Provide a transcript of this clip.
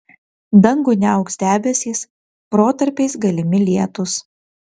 dangų niauks debesys protarpiais galimi lietūs